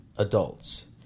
adults